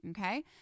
Okay